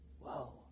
whoa